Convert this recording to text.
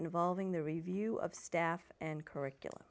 involving the review of staff and curriculum